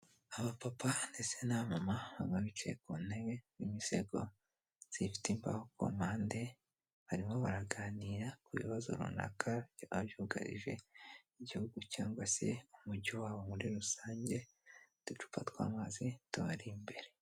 Aba papa ndetse na mama bicaye ku ntebe b'imisego zifite imbaho ku mpande, harimo baraganira ku bibazo runaka byaba byugarije igihugu cyangwa se umujyi wabo muri rusange uducupa tw'amazi tubari imbere.